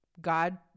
God